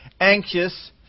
anxious